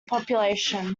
population